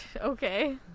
Okay